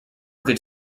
could